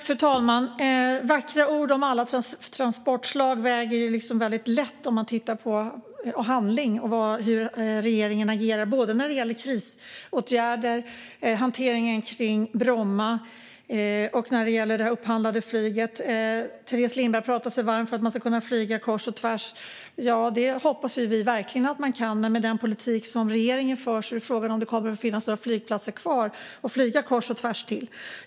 Fru talman! Vackra ord om alla transportslag väger ju väldigt lätt när man tittar på handling och hur regeringen agerar när det gäller krisåtgärder, hanteringen kring Bromma och det upphandlade flyget. Teres Lindberg pratar sig varm för att vi ska kunna flyga kors och tvärs - ja, det hoppas jag verkligen att vi ska kunna, men med den politik regeringen för är frågan om det kommer att finnas några flygplatser kvar att flyga kors och tvärs till.